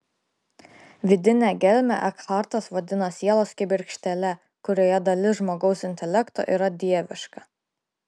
vidinę gelmę ekhartas vadina sielos kibirkštėle kurioje dalis žmogaus intelekto yra dieviška